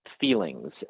feelings